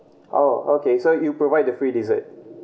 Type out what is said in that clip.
oh okay so you provide the free dessert